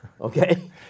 Okay